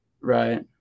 Right